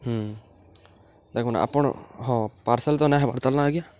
ଦେଖୁନ୍ ଆପଣ୍ ହଁ ପାର୍ସଲ୍ ତ ନାଇଁ ହେବାର୍ତାଲ୍ ନା ଆଜ୍ଞା